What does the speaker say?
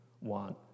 want